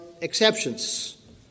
exceptions